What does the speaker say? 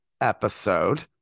episode